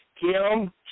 Kim